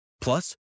Plus